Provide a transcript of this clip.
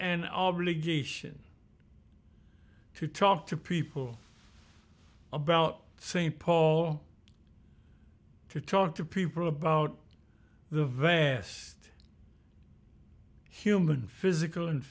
an obligation to talk to people about st paul to talk to people about the vast human physical and